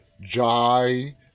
Jai